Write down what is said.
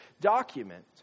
document